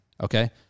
Okay